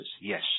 yes